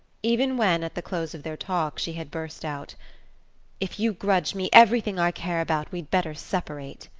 even when, at the close of their talk, she had burst out if you grudge me everything i care about we'd better separate,